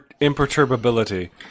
Imperturbability